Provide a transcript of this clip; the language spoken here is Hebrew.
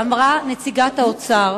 אמרה נציגת האוצר